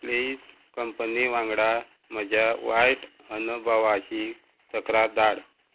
please company वांगडा म्हज्या वायट अनुभवाची तक्रार धाड